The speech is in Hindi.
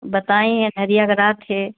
बताईं अन्हअरिया के रात के